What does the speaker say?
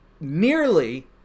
nearly